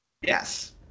Yes